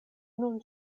nun